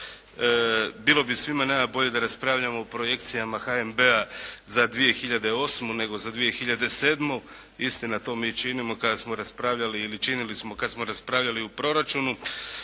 bilo bi svima nama bolje da raspravljamo o projekcijama HNB-a za 2008. nego za 2007. Istina to mi i činimo kada smo raspravljali ili činili smo kad smo raspravljali o proračunu.